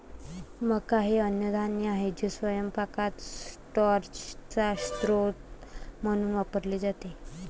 मका हे अन्नधान्य आहे जे स्वयंपाकात स्टार्चचा स्रोत म्हणून वापरले जाते